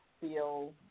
feel